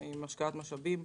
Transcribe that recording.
עם השקעת משאבים.